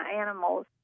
animals